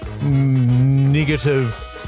negative